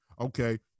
okay